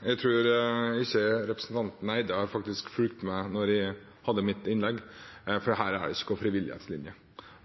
Jeg tror ikke representanten Eide faktisk fulgte med da jeg hadde mitt innlegg, for her er det ikke noen frivillighetslinje.